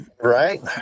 Right